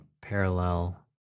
parallel